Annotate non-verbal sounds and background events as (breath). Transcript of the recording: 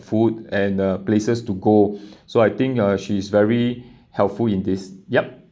food and uh places to go (breath) so I think uh she is very helpful in this yup